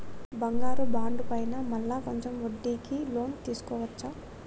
బంగారు బాండు పైన మళ్ళా కొంచెం వడ్డీకి లోన్ తీసుకోవచ్చా?